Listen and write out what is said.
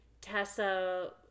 tessa